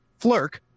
Flirk